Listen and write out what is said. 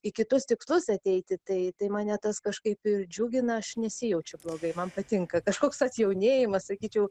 į kitus tikslus ateiti tai tai mane tas kažkaip ir džiugina aš nesijaučiu blogai man patinka kažkoks atjaunėjimas sakyčiau